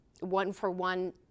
one-for-one